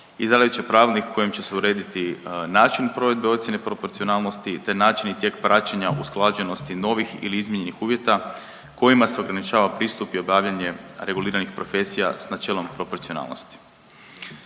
izradit će pravilnik kojim će se urediti način provedbe ocjene proporcionalnosti te načini i tijek praćenja usklađenosti novih ili izmijenjenih uvjeta kojima se ograničava pristup i obavljanje reguliranih profesija s načelom proporcionalnosti.